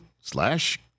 slash